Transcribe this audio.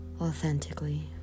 authentically